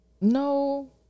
No